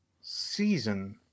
season